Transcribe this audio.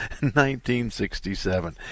1967